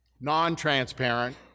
non-transparent